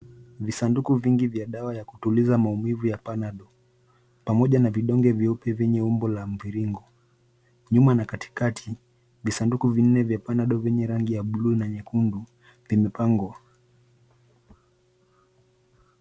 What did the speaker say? Visanduku vingi vya dawa ya kutuliza maumivu ya panadol pamoja na vidonge vyeupe vyenye umbo la mviringo. Nyuma na katikati visanduku vinne vya panadol vyenye rangi ya buluu na nyekundu vimepangwa.